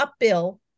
upbill